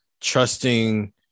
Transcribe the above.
trusting